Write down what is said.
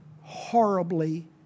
horribly